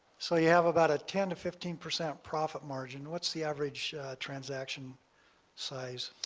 so you have about a ten fifteen percent profit margin, what's the average transaction size?